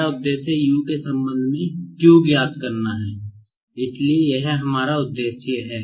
हमारा उद्देश्य U के संबंध में Q ज्ञात करना है इसलिए यह हमारा उद्देश्य है